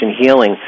healing